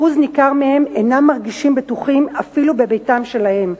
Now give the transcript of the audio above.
אחוז ניכר מהם אינם מרגישים בטוחים אפילו בביתם שלהם,